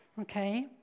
Okay